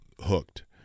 hooked